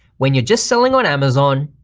when you're just selling on amazon,